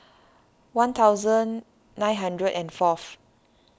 one thousand nine hundred and fourth